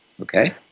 Okay